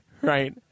right